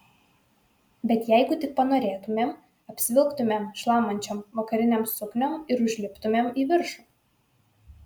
bet jeigu tik panorėtumėm apsivilktumėm šlamančiom vakarinėm sukniom ir užliptumėm į viršų